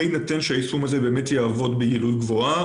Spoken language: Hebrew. בהינתן שהיישום הזה באמת יעבוד ביעילות גבוהה,